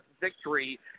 victory